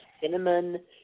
cinnamon